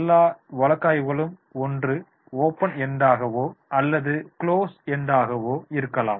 எல்லா வழக்காய்வுகளும் ஒன்று ஓபன் என்டாகவோ அல்லது குளோஸ் என்டாகவோ இருக்கலாம்